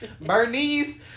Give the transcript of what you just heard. Bernice